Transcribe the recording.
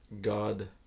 God